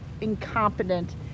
incompetent